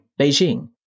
Beijing